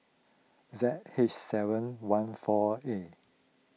Z H seven one four A